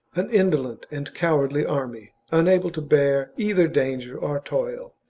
an indolent and cowardly army, unable to bear either danger or toil,